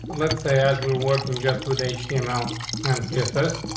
let's say as we're working just with h t m l and c s s.